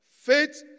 Faith